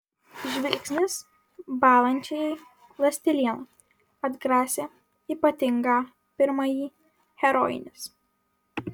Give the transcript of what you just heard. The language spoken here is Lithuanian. žvilgsnis bąlančiajai ląsteliena atgrasė ypatingą pirmąjį herojinis